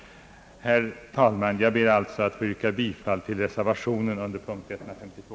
Herr talman! Jag ber att få yrka bifall till reservationen under punkt 152.